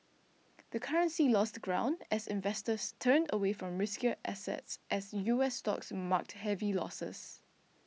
the currency lost ground as investors turned away from riskier assets as U S stocks marked heavy losses